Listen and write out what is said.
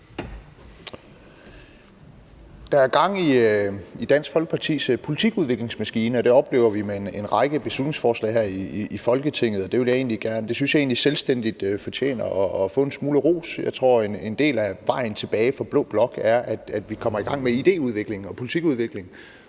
Der er gang i Dansk Folkepartis politikudviklingsmaskine, og det oplever vi med en række beslutningsforslag her i Folketinget. Det synes jeg egentlig fortjener selvstændigt at få en smule ros. Jeg tror, at en del af vejen tilbage for blå blok er, at vi kommer i gang med idéudvikling og politikudvikling,